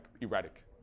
erratic